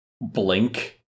blink